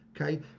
okay